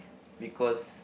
because